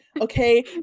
okay